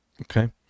Okay